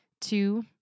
two